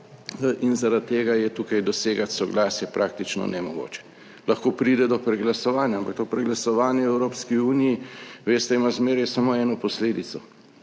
in zaradi tega je tukaj dosegati soglasje praktično nemogoče. Lahko pride do preglasovanja, ampak to preglasovanje v Evropski uniji. Veste, ima zmeraj samo eno posledico?